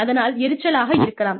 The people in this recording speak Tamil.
அதனால் எரிச்சலாக இருக்கலாம்